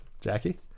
Jackie